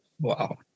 Wow